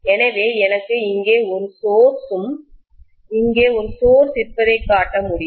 எனவே எனக்கு இங்கே ஒரு சோர்ஸ் ம் இங்கே ஒரு சோர்ஸ் ம் இருப்பதைக் காட்ட முடியும்